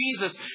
Jesus